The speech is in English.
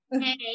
Hey